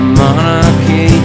monarchy